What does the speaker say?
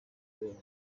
kubera